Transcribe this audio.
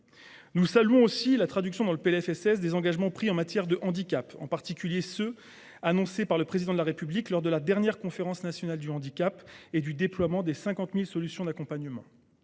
Nous saluons aussi la traduction dans ce PLFSS des engagements pris en matière de handicap, en particulier ceux que le Président de la République a annoncés lors de la dernière Conférence nationale du handicap, notamment le déploiement de 50 000 solutions d’accompagnement.